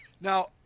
now